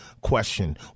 question